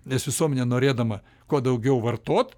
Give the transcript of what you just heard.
nes visuomenė norėdama kuo daugiau vartot